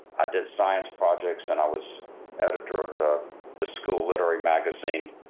i did science projects, and i was editor of the the school literary magazine.